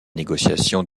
négociation